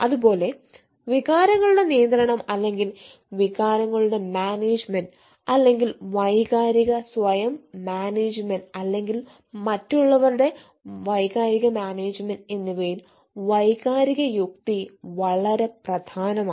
അതുപോലെ വികാരങ്ങളുടെ നിയന്ത്രണം അല്ലെങ്കിൽ വികാരങ്ങളുടെ മാനേജ്മെന്റ് അല്ലെങ്കിൽ വൈകാരിക സ്വയം മാനേജുമെന്റ് അല്ലെങ്കിൽ മറ്റുള്ളവരുടെ വൈകാരിക മാനേജുമെന്റ് എന്നിവയിൽ വൈകാരിക യുക്തി വളരെ പ്രധാനമാണ്